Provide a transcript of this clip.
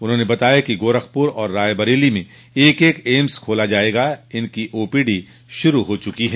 उन्होंने बताया कि गोरखप्र और रायबरेली में एक एक एम्स खोला जायेगा इनकी ओपीडी शुरू हो चुकी है